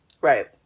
right